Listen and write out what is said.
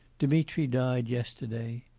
dmitri died yesterday.